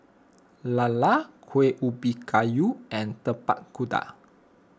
Lala Kueh Ubi Kayu and Tapak Kuda